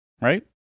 right